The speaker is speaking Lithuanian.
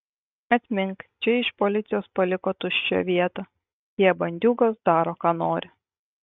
atmink čia iš policijos paliko tuščia vieta tie bandiūgos daro ką nori